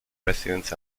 residents